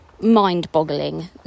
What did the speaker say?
mind-boggling